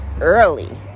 early